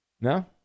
No